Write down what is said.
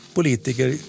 politiker